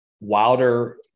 Wilder